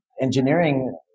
engineering